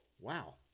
Wow